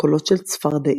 קולות של צפרדעים.